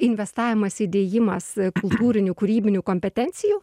investavimas įdėjimas kultūrinių kūrybinių kompetencijų